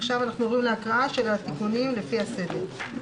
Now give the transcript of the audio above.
עכשיו אנחנו עוברים להקראה של התיקונים לפי הסדר.